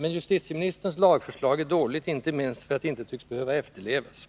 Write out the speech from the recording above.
Men justitieministerns lagförslag är dåligt inte minst för att det inte tycks behöva efterlevas.